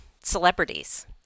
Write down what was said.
celebrities